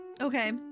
Okay